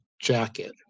jacket